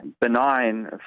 benign